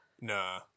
Nah